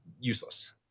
useless